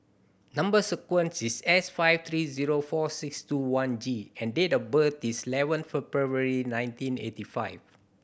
number sequence is S five three zero four six two one G and date of birth is eleven February nineteen eighty five